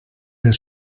der